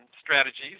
strategies